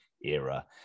era